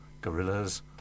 gorillas